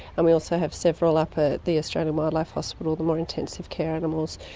and we also have several up at the australian wildlife hospital, the more intensive care animals.